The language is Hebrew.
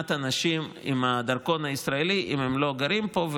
מעט אנשים עם הדרכון הישראלי אם הם לא גרים פה,